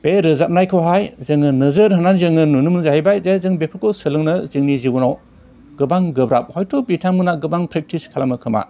बे रोजाबनायखौहाय जोङो नोजोर होनानै जोङो नुनो मोनो जाहैबाय जे जों बेफोरखौ सोलोंनो जोंनि जिबनाव गोबां गोब्राब हयथ' बिथांमोनहा गोबां प्रेक्टिस खालामो खोमा